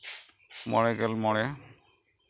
ᱢᱚᱬᱮ ᱜᱮᱞ ᱢᱚᱬᱮ